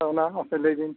ᱟᱫᱚ ᱚᱱᱟ ᱢᱟᱥᱮ ᱞᱟᱹᱭ ᱵᱤᱱ